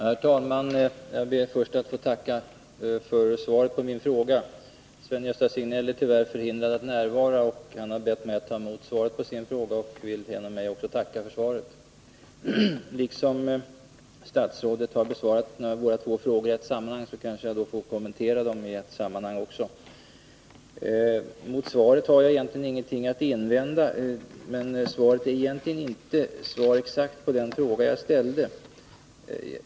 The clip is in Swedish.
Herr talman! Jag ber först att få tacka för svaret på min fråga. Sven-Gösta Iötdecember 1980 Signell är tyvärr förhindrad att närvara här i dag, och han har bett mig att ta emot svaret även på hans fråga. Han vill genom mig också tacka för svaret. Statsrådet har besvarat våra frågor i ett sammanhang, och jag vill därför även kommentera svaren i samma anförande. Mot svaret på min fråga har jag egentligen ingenting att invända, även om det inte är ett exakt svar på den fråga jag ställde.